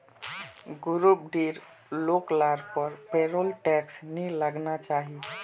group डीर लोग लार पर पेरोल टैक्स नी लगना चाहि